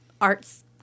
arts